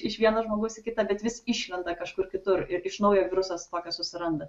iš vieno žmogaus į kitą bet vis išlenda kažkur kitur ir iš naujo virusas taką susiranda